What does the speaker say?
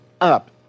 up